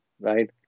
right